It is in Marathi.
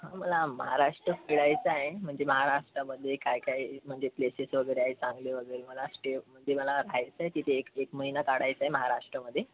मला महाराष्ट्र फिरायचा आहे म्हणजे महाराष्ट्रामध्ये काय काय म्हणजे प्लेसेस वगैरे आहे चांगले वगैरे मला ते ते मला पहायचं आहे तिथे एक महिना काढायचा आहे महाराष्ट्रामध्ये